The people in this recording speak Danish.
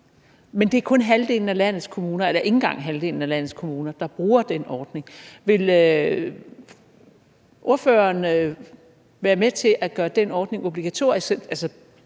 men det er ikke engang halvdelen af landets kommuner, der bruger den ordning. Vil ordføreren være med til at gøre den ordning obligatorisk?